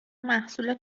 محصول